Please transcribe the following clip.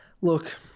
Look